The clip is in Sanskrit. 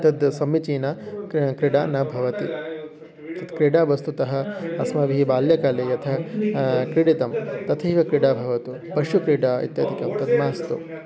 तद् समीचीना क् क्रीडा न भवति तत् क्रीडा वस्तुतः अस्माभिः बाल्यकाले यथा क्रीडितं तथैव क्रीडा भवतु पशुक्रीडा इत्यादिकं तद् मास्तु